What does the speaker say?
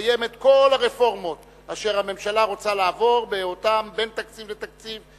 לקיים את כל הרפורמות אשר הממשלה רוצה להעביר בין תקציב לתקציב,